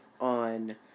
on